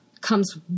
comes